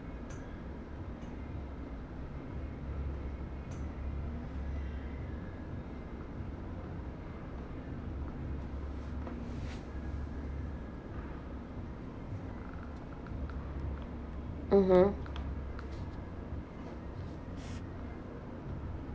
mmhmm